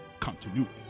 Continuity